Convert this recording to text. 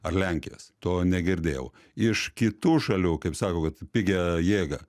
ar lenkijos to negirdėjau iš kitų šalių kaip sako kad pigią jėgą